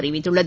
அறிவித்துள்ளது